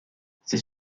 c’est